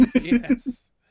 Yes